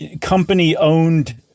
company-owned